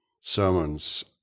sermons